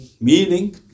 Meaning